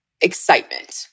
excitement